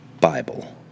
Bible